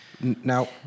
Now